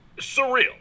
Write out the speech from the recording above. Surreal